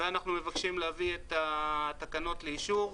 ואנחנו מבקשים להביא את התקנות לאישור.